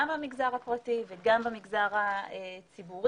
גם במגזר הפרטי וגם במגזר הציבורי.